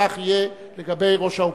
כך יהיה לגבי ראש האופוזיציה.